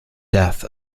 death